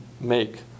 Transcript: make